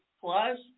Plus